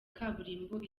kaburimbo